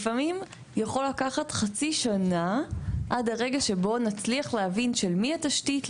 לפעמים יכול לקצת חצי שנה עד הרגע שבו נצליח להבין של מי התשתית,